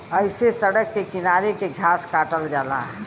ऐसे सड़क के किनारे के घास काटल जाला